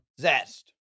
zest